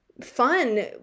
fun